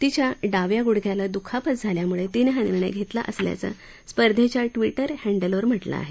तिच्या डाव्या गुडघ्याला दुखापत झाल्यामुळे तिनं हा निर्णय घेतला असल्याचं स्पर्धेच्या ट्विटर हँडलवर म्हटलं आहे